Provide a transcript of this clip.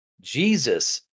Jesus